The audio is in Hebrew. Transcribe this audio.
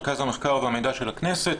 מרכז המידע והמחקר של הכנסת,